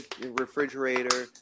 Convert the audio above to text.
refrigerator